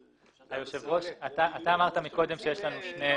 אדוני היושב-ראש, אמרת מקודם שיש שתי